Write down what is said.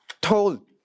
told